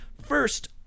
first